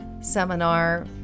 seminar